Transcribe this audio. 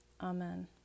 Amen